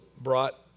brought